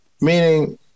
meaning